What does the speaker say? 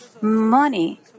money